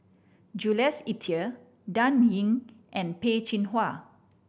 Jules Itier Dan Ying and Peh Chin Hua